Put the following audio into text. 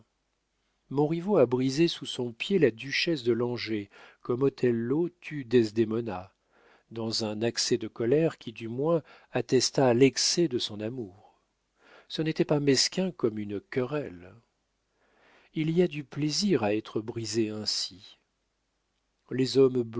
femmes montriveau a brisé sous son pied la duchesse de langeais comme othello tue dedesmona dans un accès de colère qui du moins attesta l'excès de son amour ce n'était pas mesquin comme une querelle il y a du plaisir à être brisée ainsi les hommes